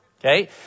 Okay